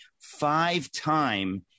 five-time